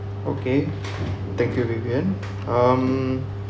okay thank you vivian um